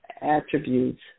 attributes